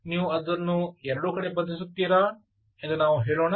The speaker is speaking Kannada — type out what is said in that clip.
ನೀವು ಅದನ್ನು ಎರಡೂ ಕಡೆ ಬಂಧಿಸುತ್ತೀರಾ ನಾವು ಹೇಳೋಣ